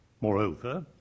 Moreover